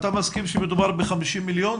אתה מסכים שמדובר ב-50 מיליון?